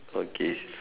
okay